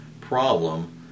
problem